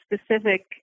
specific